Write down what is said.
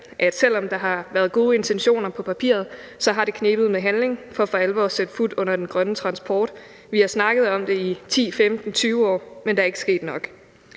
at selv om der har været gode intentioner på papiret, har det knebet med handling i forhold til for alvor at sætte fut under den grønne transport. Vi har snakket om det i 10, 15, 20 år, men der er ikke sket nok.